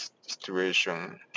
situation